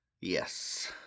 Yes